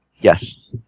Yes